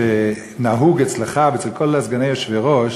שנהוג אצלך ואצל כל סגני היושב-ראש